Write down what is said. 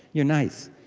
you're nice.